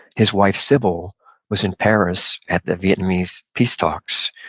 his wife sybil was in paris at the vietnamese peace talks.